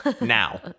Now